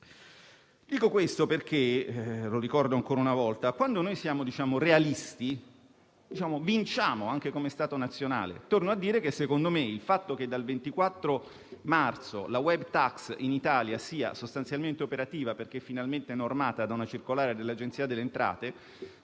Dico questo perché - lo ricordo ancora una volta - quando noi siamo realisti, vinciamo anche come Stato nazionale. Torno a dire che - secondo me - il fatto che dal 24 marzo la *web tax* in Italia sia sostanzialmente operativa, perché finalmente normata da una circolare dell'Agenzia delle entrate